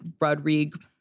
Rodrigue